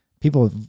People